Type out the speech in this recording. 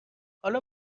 حال